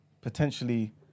potentially